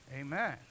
Amen